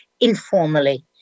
informally